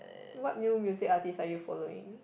what new music artist are you following